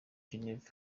geneve